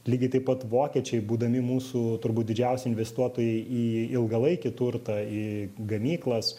lygiai taip pat vokiečiai būdami mūsų turbūt didžiausi investuotojai į ilgalaikį turtą į gamyklas